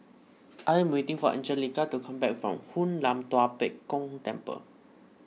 I am waiting for Angelica to come back from Hoon Lam Tua Pek Kong Temple